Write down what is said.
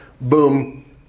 boom